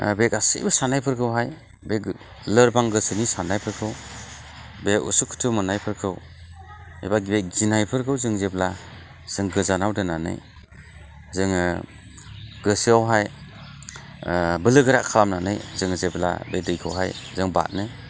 बे गासैबो साननायफोरखौहाय बे लोरबां गोसोनि साननायफोरखौ बे उसुखुथु मोननायफोरखौ एबा गिनायफोरखौ जों जेब्ला जों गोजानाव दोननानै जोङो गोसोआवहाय बोलोगोरा खालामनानै जोङो जेब्ला बे दैखौहाय बारो